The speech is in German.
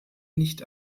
nicht